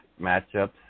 matchups